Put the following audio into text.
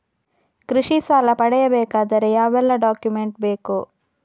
ಕೃಷಿ ಸಾಲ ಪಡೆಯಬೇಕಾದರೆ ಯಾವೆಲ್ಲ ಡಾಕ್ಯುಮೆಂಟ್ ಬೇಕು?